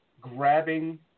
grabbing